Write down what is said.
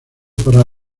para